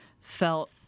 felt